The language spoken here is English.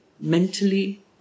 mentally